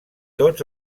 tots